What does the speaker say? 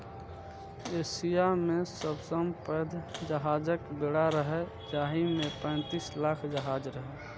Asia मे सबसं पैघ जहाजक बेड़ा रहै, जाहि मे पैंतीस लाख जहाज रहै